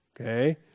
Okay